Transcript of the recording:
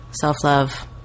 self-love